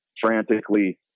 frantically